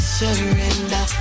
surrender